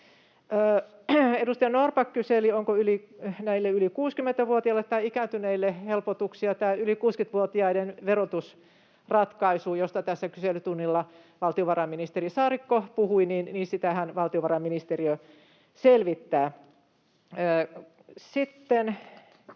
Edustaja Norrback kyseli, onko näille yli 60‑vuotiaille tai ikääntyneille helpotuksia. Tämä yli 60‑vuotiaiden verotusratkaisu, josta tässä kyselytunnilla valtiovarainministeri Saarikko puhui, niin sitähän valtiovarainministeriö selvittää.